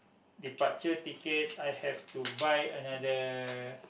departure ticket I have to buy another